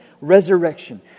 resurrection